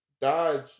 Dodge